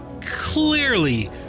clearly